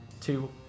two